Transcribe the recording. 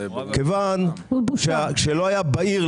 כיוון שלא היה בהיר,